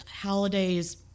holidays